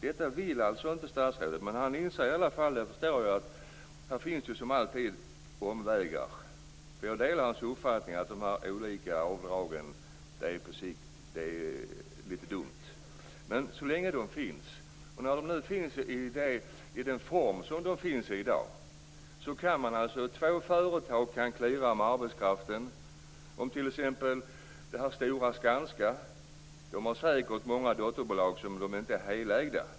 Detta vill alltså inte statsrådet. Men han inser i alla fall att det som alltid finns omvägar. Jag delar hans uppfattning om att de här avdragen på sikt är litet dumma. Men så länge de finns, och när de nu finns i den form som de finns i i dag, kan två företag cleara med arbetskraften. Det stora Skanska t.ex. har säkert många dotterbolag som inte är helägda.